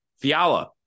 Fiala